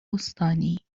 استانی